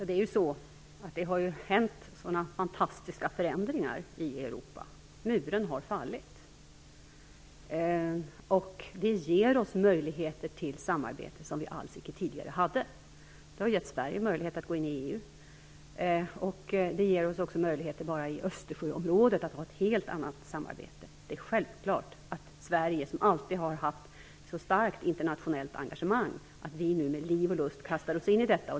Herr talman! Det har skett fantastiska förändringar i Europa. Muren har fallit. Det ger oss möjligheter till samarbete som vi alls icke tidigare hade. Det har givit Sverige möjlighet att gå in i EU. Det ger oss också möjligheter att ha ett helt annat samarbete bara i Östersjöområdet. Det är självklart att vi i Sverige, som alltid har haft ett så starkt internationellt engagemang, nu med liv och lust kastar oss in i detta.